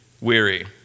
weary